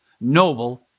NOBLE